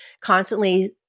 constantly